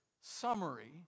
summary